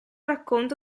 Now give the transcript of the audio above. racconto